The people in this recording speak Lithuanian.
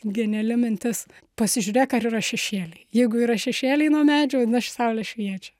geniali mintis pasižiūrėk ar yra šešėliai jeigu yra šešėliai nuo medžio vadinas saulė šviečia